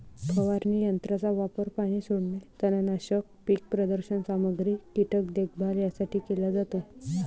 फवारणी यंत्राचा वापर पाणी सोडणे, तणनाशक, पीक प्रदर्शन सामग्री, कीटक देखभाल यासाठी केला जातो